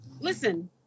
listen